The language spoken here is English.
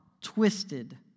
twisted